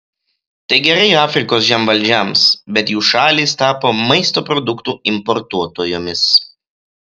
tai gerai afrikos žemvaldžiams bet jų šalys tapo maisto produktų importuotojomis